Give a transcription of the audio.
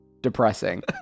Depressing